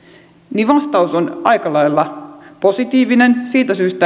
niin vastaus on aika lailla positiivinen siitä syystä